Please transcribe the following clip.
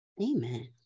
Amen